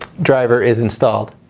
driver is installed.